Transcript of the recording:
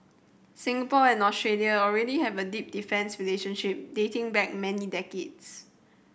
Singapore and Australia already have a deep defence relationship dating back many decades